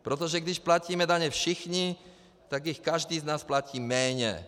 Protože když platíme daně všichni, tak jich každý z nás platí méně.